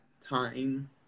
time